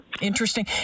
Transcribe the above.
interesting